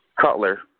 Cutler